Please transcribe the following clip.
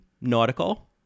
nautical